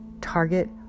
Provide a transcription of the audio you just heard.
target